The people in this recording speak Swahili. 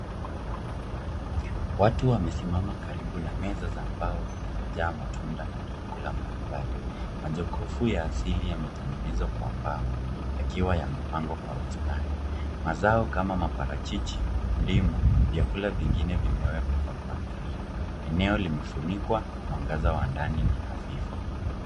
Watu wamesimama karibu na meza za mbao zilizojaa matunda na vyakula mbalimbali. Majokofu ya asili yametegenezwa kwa mbao yakiwa yamepangwa kwa mistari. Mazao kama maparachichi, ndimu, vyakula vingine vimewekwa kwa mpangilio. Eneo limefunikwa, mwangaza wa ndani ni hafifu.